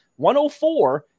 104